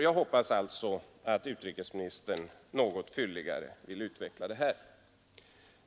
Jag hoppas alltså att utrikesministern något fylligare vill utveckla det här.